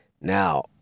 Now